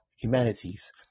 Humanities